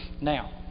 Now